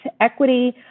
equity